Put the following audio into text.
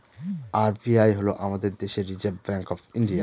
RBI হল আমাদের দেশের রিসার্ভ ব্যাঙ্ক অফ ইন্ডিয়া